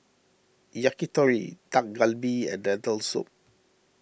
Yakitori Dak Galbi and Lentil Soup